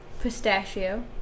pistachio